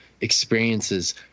experiences